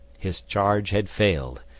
his charge had failed,